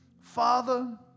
Father